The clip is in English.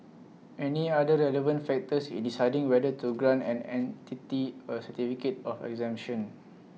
any other relevant factors in deciding whether to grant an entity A certificate of exemption